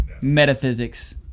Metaphysics